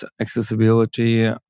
accessibility